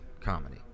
comedy